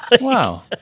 Wow